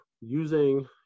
using